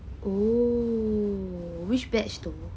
oh which batch two